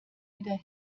wieder